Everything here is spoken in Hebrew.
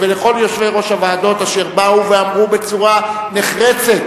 ולכל יושבי-ראש הוועדות אשר באו ואמרו בצורה נחרצת: